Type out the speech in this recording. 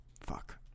fuck